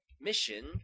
mission